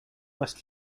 west